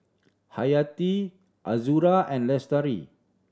Hayati Azura and Lestari